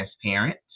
transparent